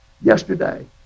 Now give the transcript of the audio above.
Yesterday